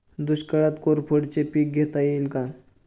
दुष्काळात कोरफडचे पीक घेता येईल का?